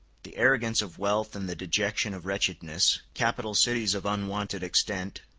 the arrogance of wealth and the dejection of wretchedness, capital cities of unwonted extent,